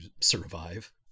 survive